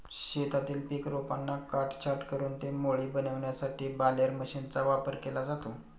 शेतातील पीक रोपांना काटछाट करून ते मोळी बनविण्यासाठी बालेर मशीनचा वापर केला जातो